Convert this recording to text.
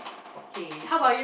okay so